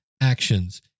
actions